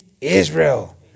Israel